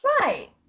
Right